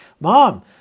Mom